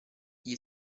gli